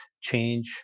change